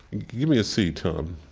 give me a c, tom